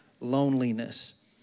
loneliness